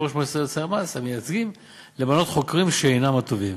ליושב-ראש מועצת יועצי המס המייצגים למנות חוקרים שאינם התובעים,